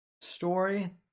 story